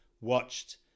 watched